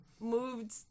moved